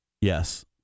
Yes